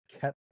kept